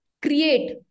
create